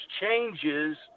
changes